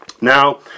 Now